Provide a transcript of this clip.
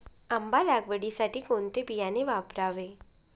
आंबा लागवडीसाठी कोणते बियाणे वापरावे?